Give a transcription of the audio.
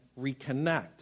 reconnect